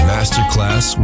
Masterclass